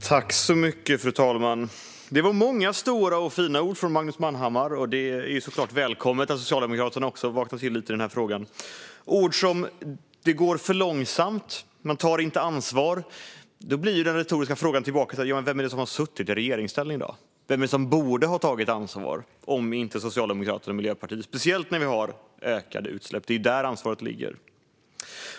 Fru talman! Det var många stora och fina ord från Magnus Manhammar. Det är såklart välkommet att också Socialdemokraterna vaknar till lite i denna fråga. Det ordades om att det går för långsamt och att man inte tar ansvar. Då blir den retoriska frågan tillbaka: Vem är det som har suttit i regeringsställning? Vem är det som borde ha tagit ansvar, speciellt när vi har ökade utsläpp, om inte Socialdemokraterna och Miljöpartiet? Det är ju där ansvaret ligger.